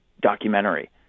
documentary